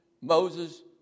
Moses